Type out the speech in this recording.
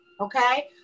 Okay